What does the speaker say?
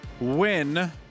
win